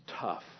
tough